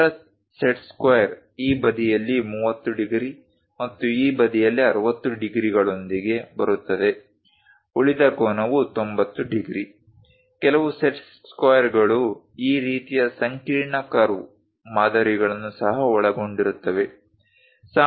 ಇತರ set square ಈ ಬದಿಯಲ್ಲಿ 30 ಡಿಗ್ರಿ ಮತ್ತು ಈ ಬದಿಯಲ್ಲಿ 60 ಡಿಗ್ರಿಗಳೊಂದಿಗೆ ಬರುತ್ತದೆ ಉಳಿದ ಕೋನವು 90 ಡಿಗ್ರಿ ಕೆಲವು ಸೆಟ್ ಸ್ಕ್ವೇರ್ಗಳು ಈ ರೀತಿಯ ಸಂಕೀರ್ಣ ಕರ್ವ್ ಮಾದರಿಗಳನ್ನು ಸಹ ಒಳಗೊಂಡಿರುತ್ತವೆ